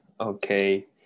Okay